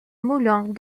moulins